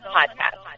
Podcast